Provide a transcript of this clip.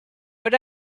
but